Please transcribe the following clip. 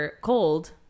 cold